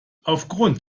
aufgrund